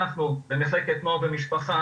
ואנחנו במחלקת נוער ומשפחה,